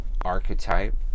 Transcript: archetype